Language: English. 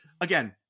again